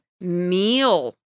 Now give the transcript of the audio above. meal